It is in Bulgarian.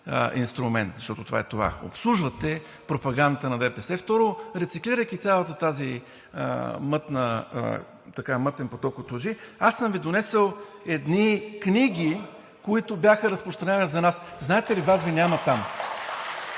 инструмент, защото това е това, обслужвате пропагандата на ДПС; второ, рециклирайки целия този мътен поток от лъжи, аз съм Ви донесъл едни книги, които бяха разпространени за нас. Знаете ли, Вас Ви няма там.